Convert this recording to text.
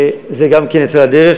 וזה גם כן יצא לדרך.